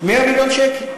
100 מיליון שקל.